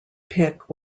pick